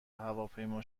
هواپیما